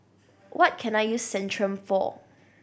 what can I use Centrum for